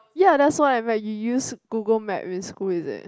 ya that's why where you use Google map in school is it